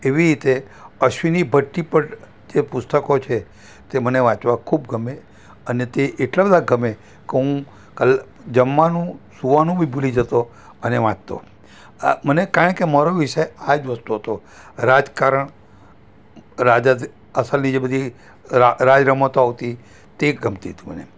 એવી રીતે અશ્વિની ભટ્ટી પર તે પુસ્તકો છે તે મને વાંચવા ખૂબ ગમે અને તે એટલા બધા ગમે કો હું કલ જમવાનું સુવાનું બી ભૂલી જતો અને વાંચતો આ નમને કારણ કે મારો વિષય આ જ વસ્તુ હતો રાજકારણ રાજ અસલી જે બધી રા રાજ રમતો આવતી તે ગમતી તી મને